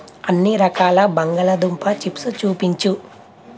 అన్ని రకాల బంగాళాదుంప చిప్స్ చూపించు